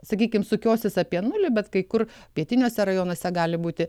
sakykim sukiosis apie nulį bet kai kur pietiniuose rajonuose gali būti